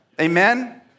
Amen